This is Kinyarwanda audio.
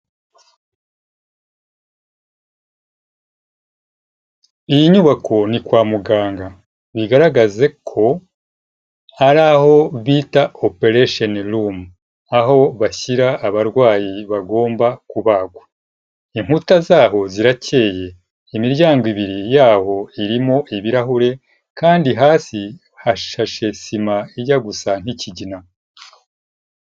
Iyi nyubako ni kwa muganga, bigaragaze ko hari aho bita operation room, aho bashyira abarwayi bagomba kubagwa, inkuta zaho zirakeye, imiryango ibiri yaho irimo ibirahure kandi hasi hashashe sima ijya gusa nk'ikigina.